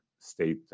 state